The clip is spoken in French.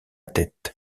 tête